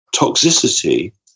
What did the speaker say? Toxicity